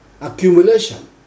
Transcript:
accumulation